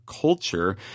culture